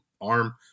arm